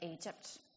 Egypt